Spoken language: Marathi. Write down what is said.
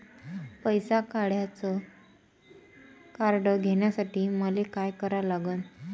पैसा काढ्याचं कार्ड घेण्यासाठी मले काय करा लागन?